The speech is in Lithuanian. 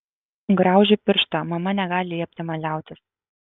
graužiu pirštą mama negali liepti man liautis